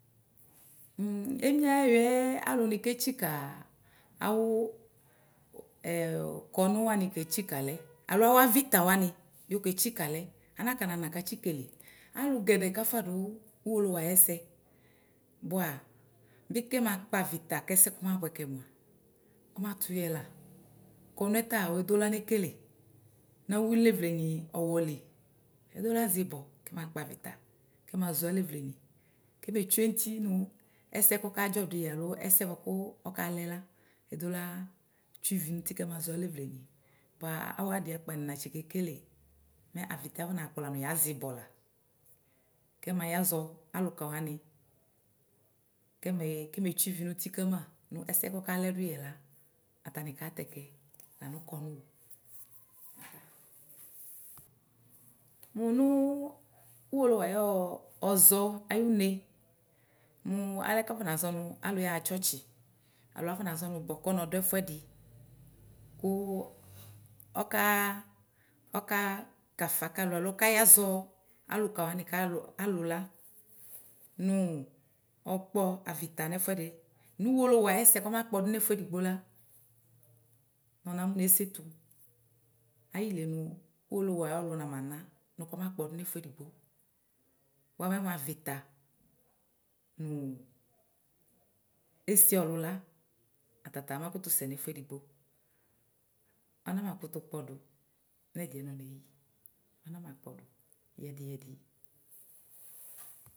Emie ayiɛyiɛ alʋni ketsika awʋ ɛɛ kɔnʋ wani ketsikâ lɛ alo awʋ avita wani yɔ ketsika lɛ anakɔnana katsi kele alʋ gɛdɛ kafʋadʋ ʋwolowʋ ayɛsɛ bʋa bi kɛmakpavita kɛsɛ kɔma bʋɛkɛ mʋa ɔmatʋ yɛla kɔnʋɛ ta wedola nekele nʋ awʋ levleni ɔɣɔli edola zibɔ kɛmakpɔ avita kɛmazɔ alevleni kemetsi eti nʋ ɛsɛ kɔkadzɔbdʋ yɛ alo ɛsɛ bʋa kʋ ɔkalɛla edola tsue ivi nʋ iti kɛmazɔ alevleni bʋa awʋ adiakp̃ani natsi kekele mɛ avitɛ akɔnakpɔ lanʋ yazɛ ibɔla kɛma yazɔ alʋka wanɩ kemetsue ivi nʋti kama nʋ ɛsɛ kɔkalɛ dʋyɛ la nʋ atani katɛkɛ lanʋ kɔnʋ. Mʋ nʋ ʋwolowʋ ayʋ ɔzɔ ayʋ une, mʋ alɛ kafɔ nazɔ nʋ alʋ yaɣa tsɔtsi alo afɔnazɔ nʋ bɔkɔnɔ dʋ ɛfʋɛdɩ kʋ ɔka ɔka kafa ka alo ɔkayazɔ alʋkawani kalʋla nʋ ɔkpɔ avita nʋ ɛfʋɛdi nʋ ʋwolowʋ ayɛsɩ kɔmakpɔdʋ nʋ ɛfʋedigbo la nɔ namʋnʋ esetʋ ayienʋ ʋwolowʋ ayu ɔlʋ namana nʋ kɔma kpɔdʋ nʋ ɛfʋɛdigbo bʋa mɛmʋ avita nʋ esiɔlʋ la atata amakʋtʋ sɛnʋ ɛfʋedigbo anakʋtʋ kpɔdʋ nʋ ɛdiɛ nɔ neyi anamkpɔdʋ yɛdi yɛdi.